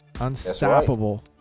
unstoppable